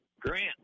Grant